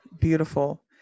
Beautiful